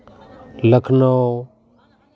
Lucknow